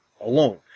alone